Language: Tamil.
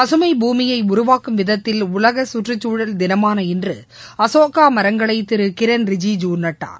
பசுமை பூமியை உருவாக்கும் விதத்தில் உலக சுற்றுச்சூழல் தினமான இன்று அசோகா மரங்களை திரு கிரண் ரிஜூஜூ நட்டார்